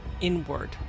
inward